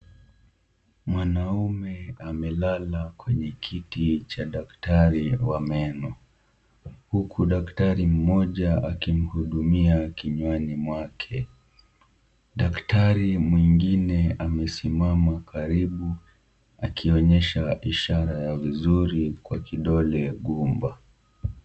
Mwanamume amelala kwenye kiti cha daktari wa meno huku daktari mmoja ana mhudumia kinywani mwake . Daktari mwingine amesimama karibu akionyesha ishara ya vizuri kwa kidole gumba.